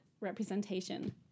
representation